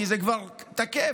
כי זה כבר תקף.